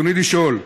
רצוני לשאול: